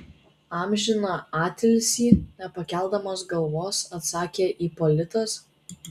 amžiną atilsį nepakeldamas galvos atsakė ipolitas